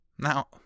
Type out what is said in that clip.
Now